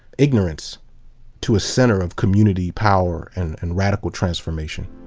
ignorance to a center of community, power, and and radical transformation.